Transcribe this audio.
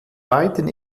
weiten